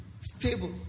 stable